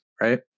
right